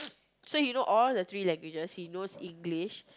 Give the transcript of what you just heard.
so he know all the three languages he knows English